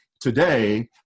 today